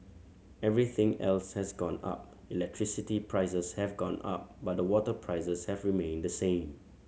everything else has gone up electricity prices have gone up but the water prices have remained the same